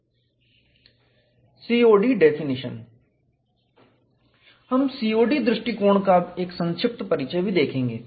COD definition हम COD दृष्टिकोण का एक संक्षिप्त परिचय भी देखेंगे